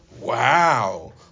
wow